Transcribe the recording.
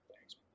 thanks